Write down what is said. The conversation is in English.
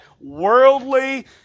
worldly